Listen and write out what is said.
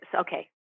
okay